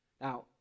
Now